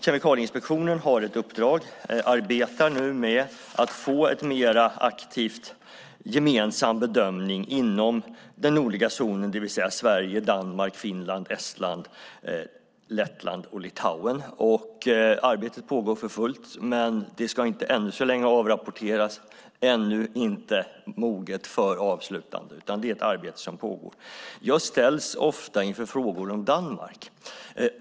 Kemikalieinspektionen har nu ett uppdrag där man arbetar med att få en mer aktiv gemensam bedömning inom den nordliga zonen, det vill säga Sverige, Danmark, Finland, Estland, Lettland och Litauen. Arbetet pågår för fullt, men det ska ännu inte avrapporteras och är ännu inte moget för avslutande. Jag ställs ofta inför frågor om Danmark.